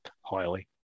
highly